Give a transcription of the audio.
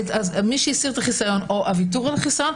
מי שהסיר את החיסיון או הוויתור על חיסיון,